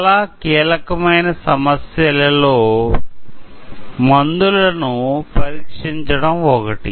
చాలా కీలకమైన సమస్యలలో మందులను పరీక్షించడం ఒకటి